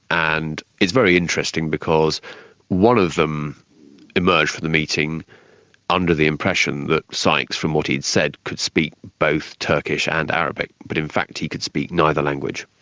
and it's very interesting because one of them emerged from the meeting under the impression that sykes, from what he'd said, could speak both turkish and arabic, but in fact he could speak neither language.